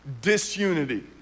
disunity